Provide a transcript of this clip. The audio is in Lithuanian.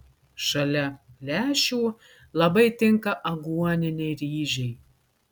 šalia lęšių labai tinka aguoniniai ryžiai